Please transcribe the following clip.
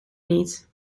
niet